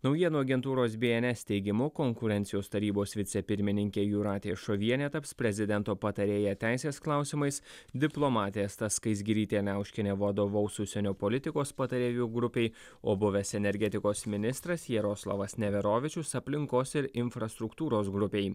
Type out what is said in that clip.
naujienų agentūros bns teigimu konkurencijos tarybos vicepirmininkė jūratė šovienė taps prezidento patarėja teisės klausimais diplomatė asta skaisgirytė liauškienė vadovaus užsienio politikos patarėjų grupei o buvęs energetikos ministras jaroslavas neverovičius aplinkos ir infrastruktūros grupei